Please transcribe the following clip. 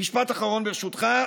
משפט אחרון, ברשותך.